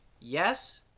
yes